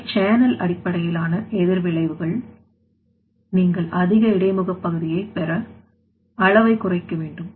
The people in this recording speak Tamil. முதல் சேனல் அடிப்படையிலான எதிர் விளைவுகள் நீங்கள் அதிக இடைமுக பகுதியை பெற அளவை குறைக்க வேண்டும்